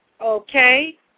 Okay